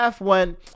went